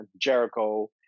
Jericho